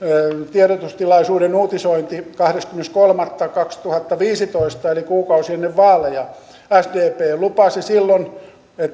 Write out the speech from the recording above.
tiedotustilaisuuden uutisoinnin kahdeskymmenes kolmatta kaksituhattaviisitoista eli kuukausi ennen vaaleja sdp lupasi silloin